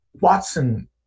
Watson